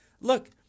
look